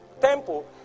temple